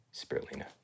spirulina